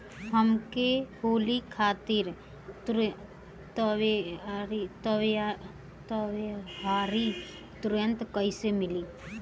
हमके होली खातिर त्योहारी ऋण कइसे मीली?